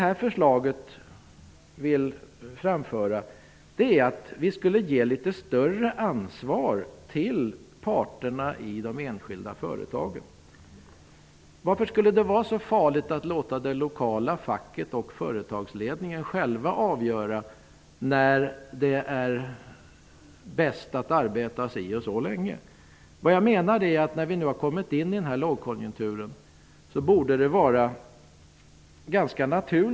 Vårt förslag innebär ett litet större ansvar till parterna i de enskilda företagen. Varför skulle det vara så farligt att låta det lokala facket och företagsledningen själva få avgöra när det är bäst att arbeta si eller så länge? Vi har nu kommit in i en lågkonjunktur.